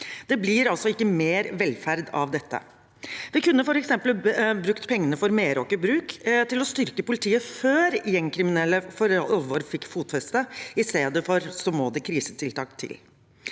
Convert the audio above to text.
Det blir altså ikke mer velferd av dette. Vi kunne f.eks. brukt pengene for Meraker Brug til å styrke politiet før gjengkriminelle for alvor fikk fotfeste. I stedet må det krisetiltak til.